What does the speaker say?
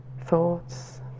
thoughts